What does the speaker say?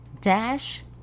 dash